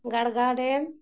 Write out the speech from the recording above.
Garga dam